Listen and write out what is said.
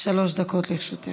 בבקשה, שלוש דקות לרשותך.